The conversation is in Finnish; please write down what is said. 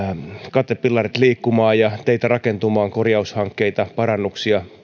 katepillarit liikkumaan ja teitä rakentumaan korjaushankkeita parannuksia